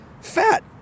fat